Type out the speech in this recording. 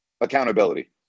Accountability